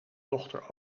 dochter